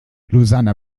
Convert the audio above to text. lausanne